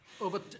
Over